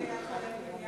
אבא שלי היה עובד בניין,